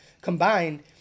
combined